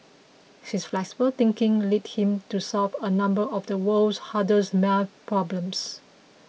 his flexible thinking led him to solve a number of the world's hardest math problems